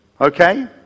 okay